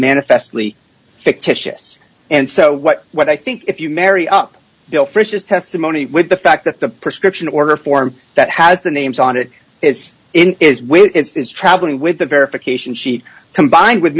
manifestly fictitious and so what what i think if you marry up billfish is testimony with the fact that the prescription order form that has the names on it is in is when it is traveling with the verification sheet combined with